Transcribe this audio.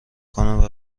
کنم